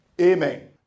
Amen